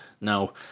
Now